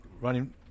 running